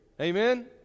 amen